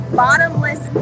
bottomless